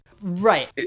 right